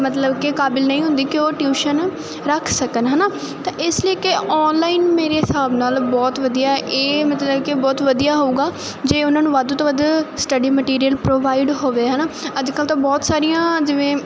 ਮਤਲਬ ਕਿ ਕਾਬਲ ਨਹੀਂ ਹੁੰਦੀ ਕਿ ਉਹ ਟਿਊਸ਼ਨ ਰੱਖ ਸਕਣ ਹੈ ਨਾ ਤਾਂ ਇਸ ਲਈ ਕਿ ਆਨਲਾਈਨ ਮੇਰੇ ਹਿਸਾਬ ਨਾਲ ਬਹੁਤ ਵਧੀਆ ਇਹ ਮਤਲਬ ਕਿ ਬਹੁਤ ਵਧੀਆ ਹੋਊਗਾ ਜੇ ਉਹਨਾਂ ਨੂੰ ਵੱਧ ਤੋਂ ਵੱਧ ਸਟਡੀ ਮਟੀਰੀਅਲ ਪ੍ਰੋਵਾਈਡ ਹੋਵੇ ਹੈ ਨਾ ਅੱਜ ਕੱਲ੍ਹ ਤਾਂ ਬਹੁਤ ਸਾਰੀਆਂ ਜਿਵੇਂ